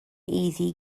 iddi